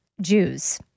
Jews